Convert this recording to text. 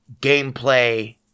gameplay